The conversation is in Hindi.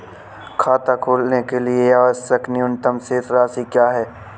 खाता खोलने के लिए आवश्यक न्यूनतम शेष राशि क्या है?